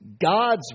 God's